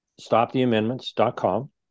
stoptheamendments.com